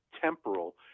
temporal